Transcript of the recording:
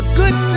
good